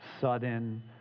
sudden